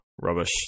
Rubbish